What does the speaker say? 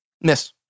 miss